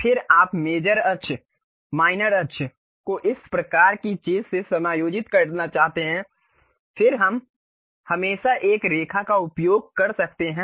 फिर आप मेजर अक्ष माइनर अक्ष को इस प्रकार की चीज़ से समायोजित करना चाहते हैं फिर हम हमेशा एक रेखा का उपयोग कर सकते हैं